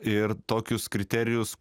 ir tokius kriterijus